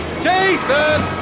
Jason